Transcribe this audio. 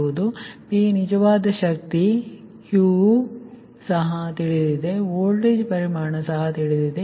ಇಲ್ಲಿ P ನಿಜವಾದ ಶಕ್ತಿ Q ಸಹ ತಿಳಿದಿದೆ ಮತ್ತು ವೋಲ್ಟೇಜ್ ಪರಿಮಾಣ ಸಹ ತಿಳಿದಿದೆ